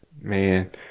Man